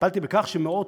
טיפלתי בכך שמאות,